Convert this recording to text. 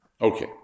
Okay